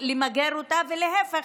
להפך,